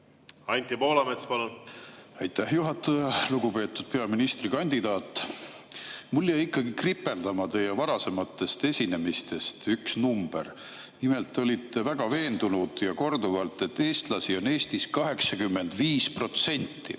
Anti Poolamets, palun! Aitäh, juhataja! Lugupeetud peaministrikandidaat! Mul jäi ikkagi kripeldama teie varasematest esinemistest üks number. Nimelt, olite väga veendunud, ja korduvalt, et eestlasi on Eestis 85%.